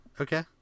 Okay